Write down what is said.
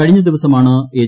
കഴിഞ്ഞ ദിവസമാണ് എച്ച്